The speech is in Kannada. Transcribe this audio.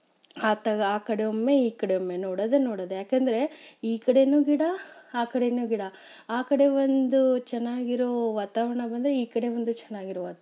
ಆ ತ ಆ ಕಡೆ ಒಮ್ಮೆ ಈ ಕಡೆ ಒಮ್ಮೆ ನೋಡೋದೇ ನೋಡೋದು ಯಾಕೆಂದರೆ ಈ ಕಡೆಯೂ ಗಿಡ ಆ ಕಡೆಯೂ ಗಿಡ ಆ ಕಡೆ ಒಂದು ಚೆನ್ನಾಗಿರೋ ವಾತಾವರಣ ಬಂದರೆ ಈ ಕಡೆ ಒಂದು ಚೆನ್ನಾಗಿರೋ ವಾತಾವರಣ